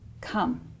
come